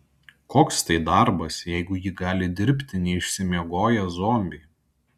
koks tai darbas jeigu jį gali dirbti neišsimiegoję zombiai